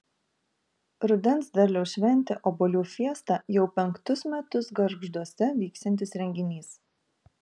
rudens derliaus šventė obuolių fiesta jau penktus metus gargžduose vyksiantis renginys